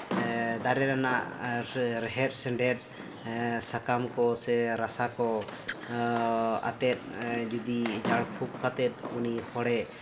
ᱫᱟᱨᱮ ᱨᱮᱱᱟᱜ ᱨᱮᱦᱮᱫ ᱥᱮᱸᱫᱮᱫ ᱥᱟᱠᱟᱢ ᱠᱚᱥᱮ ᱨᱟᱥᱟ ᱠᱚ ᱟᱛᱮᱫ ᱡᱩᱫᱤ ᱡᱷᱟᱲ ᱯᱷᱩᱸᱠ ᱠᱟᱛᱮ ᱩᱱᱤ ᱦᱚᱲᱮ